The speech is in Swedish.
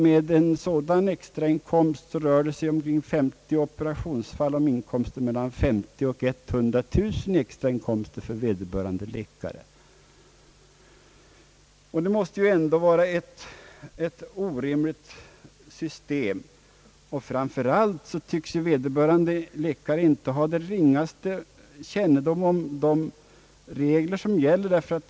Med en sådan extra inkomst för 50 operationsfall blir det fråga om 50 000 —L100 000 kronor för vederbörande läkare. Det måste ändå vara ett orimligt system. Framför allt tycks vederbörande läkare inte ha den ringaste kännedom om de regler som gäller.